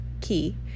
Key